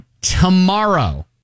tomorrow